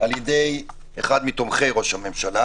על ידי אחד מתומכי ראש הממשלה,